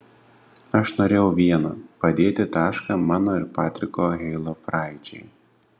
aš norėjau vieno padėti tašką mano ir patriko heilo praeičiai